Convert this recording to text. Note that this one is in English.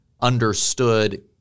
understood